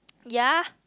ya